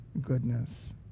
goodness